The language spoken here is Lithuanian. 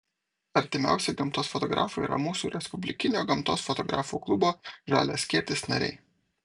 artimiausi gamtos fotografai yra mūsų respublikinio gamtos fotografų klubo žalias skėtis nariai